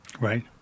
Right